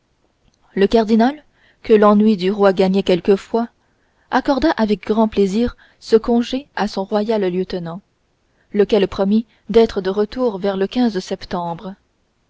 le cardinal que l'ennui du roi gagnait quelquefois accorda avec grand plaisir ce congé à son royal lieutenant lequel promit d'être de retour vers le septembre